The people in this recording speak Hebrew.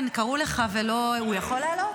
כן, קראו לך ולא, הוא יכול לעלות,